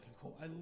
cool